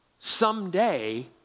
someday